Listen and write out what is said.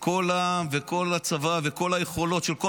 כל העם וכל הצבא וכל היכולות של כל